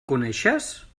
coneixes